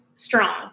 Strong